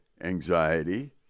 anxiety